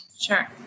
Sure